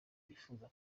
bipfuza